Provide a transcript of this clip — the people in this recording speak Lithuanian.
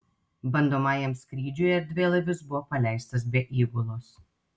bandomajam skrydžiui erdvėlaivis buvo paleistas be įgulos